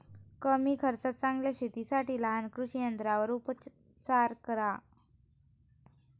कमी खर्चात चांगल्या शेतीसाठी लहान कृषी यंत्रांवर उपचार करा